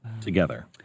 together